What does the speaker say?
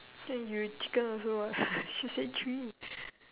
so you chicken also what she said three